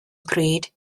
pryd